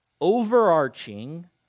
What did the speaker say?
overarching